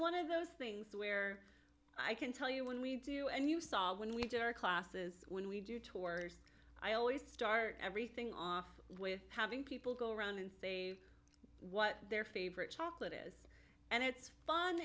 one of those things where i can tell you when we do and you saw when we do our classes when we do tours i always start everything off with having people go around and say what their favorite chocolate is and it's